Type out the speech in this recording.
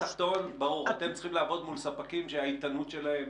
אתם צריכים לעבוד מול ספקים שהאיתנות שלהם